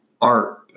art